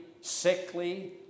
sickly